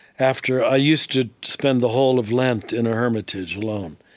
after i used to spend the whole of lent in a hermitage alone,